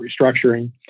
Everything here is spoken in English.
restructuring